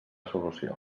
solució